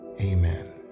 amen